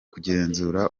kugenzura